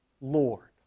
Lord